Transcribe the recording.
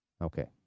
Okay